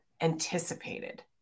anticipated